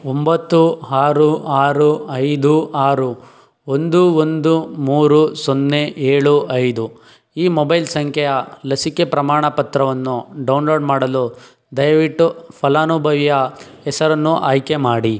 ಒಂಬತ್ತು ಆರು ಆರು ಐದು ಆರು ಒಂದು ಒಂದು ಮೂರು ಸೊನ್ನೆ ಏಳು ಐದು ಈ ಮೊಬೈಲ್ ಸಂಖ್ಯೆಯ ಲಸಿಕೆ ಪ್ರಮಾಣಪತ್ರವನ್ನು ಡೌನ್ಲೋಡ್ ಮಾಡಲು ದಯವಿಟ್ಟು ಫಲಾನುಭವಿಯ ಹೆಸರನ್ನು ಆಯ್ಕೆ ಮಾಡಿ